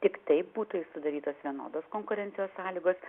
tik taip būtų sudarytos vienodos konkurencijos sąlygos